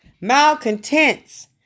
malcontents